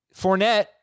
Fournette